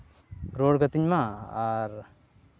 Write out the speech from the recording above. ᱨᱩᱣᱟᱹᱲ ᱠᱟᱹᱛᱤᱧ ᱢᱟ ᱟᱨ